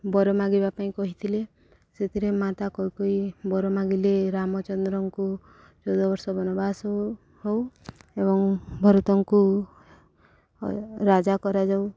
ବର ମାଗିବା ପାଇଁ କହିଥିଲେ ସେଥିରେ ମାତା କୈକେୟୀ ବର ମାଗିଲେ ରାମଚନ୍ଦ୍ରଙ୍କୁ ଚଉଦ ବର୍ଷ ବନବାସ ହଉ ହଉ ଏବଂ ଭରତଙ୍କୁ ରାଜା କରାଯାଉ